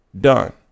done